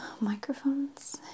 microphones